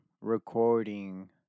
recording